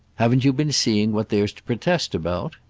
haven't you been seeing what there's to protest about?